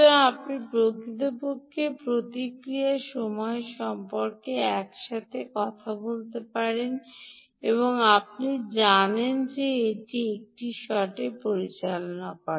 সুতরাং আপনি প্রকৃতপক্ষে প্রতিক্রিয়া সময় সম্পর্কে একসাথে কথা বলতে পারেন এবং আপনি জানেন যে এটি একটি শটে পরিচালনা করে